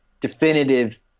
definitive